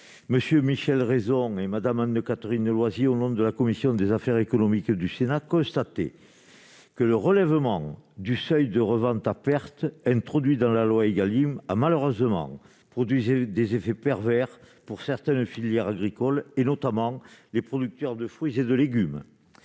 Gremillet, Michel Raison et de Mme Anne-Catherine Loisier rédigé au nom de la commission des affaires économiques du Sénat constatait que le relèvement du seuil de revente à perte, introduit dans la loi Égalim, a malheureusement produit des effets « pervers » pour certaines filières agricoles, notamment les producteurs de fruits et légumes